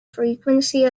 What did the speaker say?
frequency